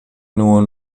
nur